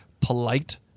polite